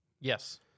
Yes